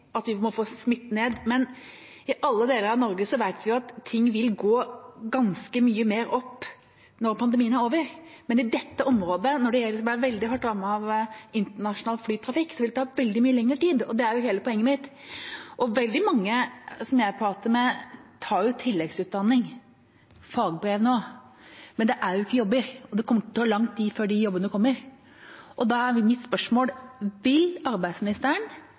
at vi må få smitten ned, men i alle deler av Norge vet vi at ting vil gå ganske mye mer opp når pandemien er over, mens det i dette området, som er veldig hardt rammet, med tanke på internasjonal flytrafikk, vil ta veldig mye lenger tid. Det er hele poenget mitt. Veldig mange jeg prater med, tar tilleggsutdanning og fagbrev nå, men det er ikke jobber, og det kommer til å ta lang tid før de jobbene kommer. Da er mitt spørsmål: Vil arbeidsministeren